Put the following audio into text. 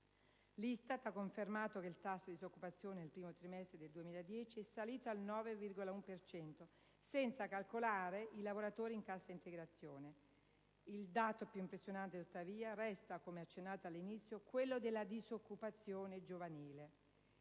L'ISTAT ha confermato che il tasso di disoccupazione nel primo trimestre del 2010 è salito al 9,1 per cento (senza calcolare i lavoratori in cassa integrazione). Il dato più impressionante tuttavia resta, come accennato all'inizio, quello sulla disoccupazione giovanile.